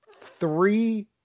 three